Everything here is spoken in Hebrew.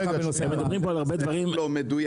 אתם מדברים פה על הרבה דברים --- תגיד לו מדויק,